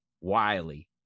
Wiley